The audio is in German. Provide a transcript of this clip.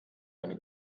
eine